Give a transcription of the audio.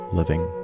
living